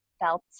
felt